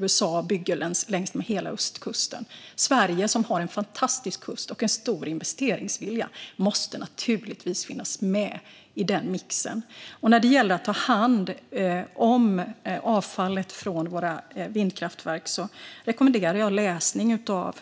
USA bygger den längs med hela ostkusten. Sverige, som har en fantastisk kust och en stor investeringsvilja, måste naturligtvis finnas med i den mixen. När det gäller att ta hand om avfallet från våra vindkraftverk rekommenderar jag läsning av